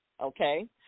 okay